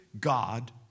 God